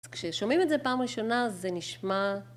אז כששומעים את זה פעם ראשונה זה נשמע...